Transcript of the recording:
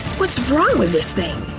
what's wrong with this thing?